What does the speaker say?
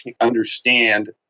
understand